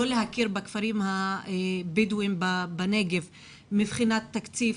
לא להכיר בכפרים הבדואים בנגב מבחינת תקציב,